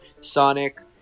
sonic